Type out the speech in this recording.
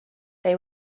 they